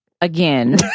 Again